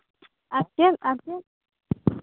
ᱟᱨ ᱪᱮᱫ ᱟᱨ ᱪᱮᱫ